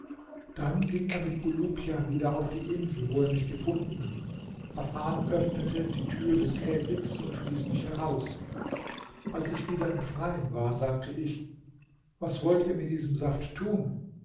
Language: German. dann ging er mit bulukia wieder auf die insel wo er mich gefunden afan öffnete die tür des käfigs und ließ mich heraus als ich wieder im freien war sagte ich was wollt ihr mit diesem saft tun